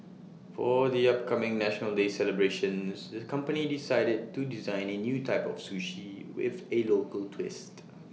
for the upcoming National Day celebrations the company decided to design A new type of sushi with A local twist